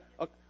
Okay